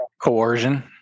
coercion